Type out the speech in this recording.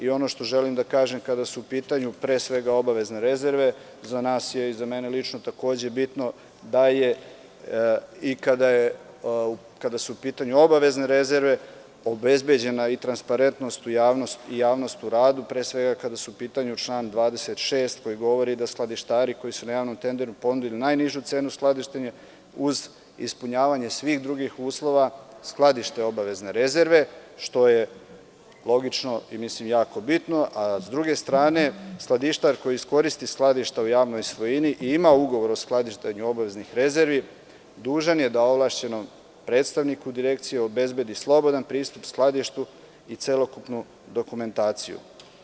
Ono što želim da kažem kada su u pitanju pre svega obavezne rezerve, za nas je i za mene lično takođe bitno, kada su u pitanju obavezne rezerve, da je obezbeđena transparentnost i javnost u radu, pre svega kada je u pitanju član 26. koji govori da skladištari koji su na javnom tenderu podneli najnižu cenu skladištenja, uz ispunjavanje svih drugih uslova skladišta obavezne rezerve, što je logično i jako bitno, a s druge strane skladištar koji obezbedi skladišta u javnoj svojini i ima ugovor o skladištenju obaveznih rezervi, dužan je da ovlašćenom predstavniku direkcije obezbedi slobodan pristup skladištu i celokupnu dokumentaciju.